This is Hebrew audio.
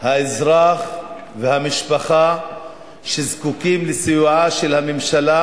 האזרח והמשפחה שזקוקים לסיועה של הממשלה,